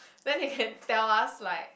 then they can tell us like